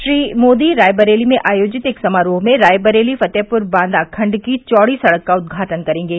श्री मोदी रायबरेली में आयोजित एक समारोह में रायबरेली फतेहपुर बांदा खंड की चौड़ी सड़क का उद्घाटन करेंगे